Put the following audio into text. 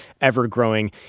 ever-growing